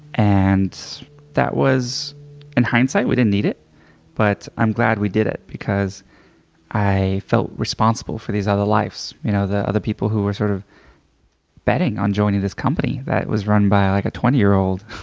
and that was in hindsight, we didn't need it but i'm glad we did it because i felt responsible for these other lives, you know the other people who were sort of betting on joining this company that was run by like a twenty year old.